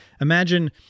Imagine